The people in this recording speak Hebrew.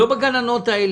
בגננות,